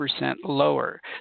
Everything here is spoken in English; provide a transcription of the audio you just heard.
lower